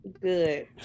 Good